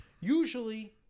usually